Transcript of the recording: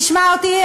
תשמע אותי,